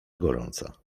gorąca